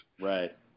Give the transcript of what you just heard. Right